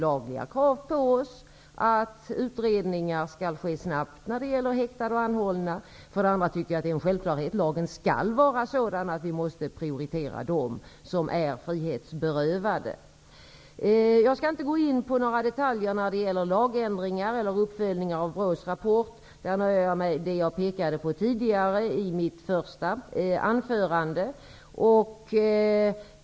Lagen kräver att utredningar skall ske snabbt när det gäller häktade och anhållna. Det är en självklarhet. Lagen skall vara sådan att man prioriterar dem som är frihetsberövade. Jag skall inte gå in på några detaljer när det gäller lagändringar eller uppföljning av BRÅ:s rapport. Där nöjer jag mig med det jag tidigare pekade på i mitt första anförande.